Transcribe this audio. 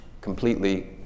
completely